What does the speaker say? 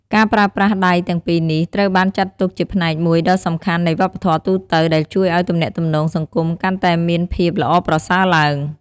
ការប្រើប្រាស់ដៃទាំងពីរនេះ ត្រូវបានចាត់ទុកជាផ្នែកមួយដ៏សំខាន់នៃវប្បធម៌ទូទៅ ដែលជួយឱ្យទំនាក់ទំនងសង្គមកាន់តែមានភាពល្អប្រសើរឡើង។